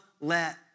let